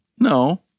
No